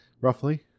roughly